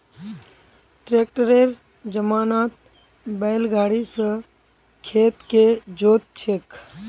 ट्रैक्टरेर जमानात बैल गाड़ी स खेत के जोत छेक